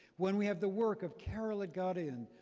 when we have the work of carol edgarian,